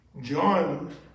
John